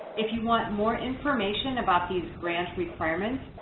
if you want more information about these grant requirements,